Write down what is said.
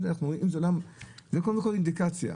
זה קודם כל אינדיקציה.